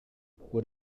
what